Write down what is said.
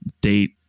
date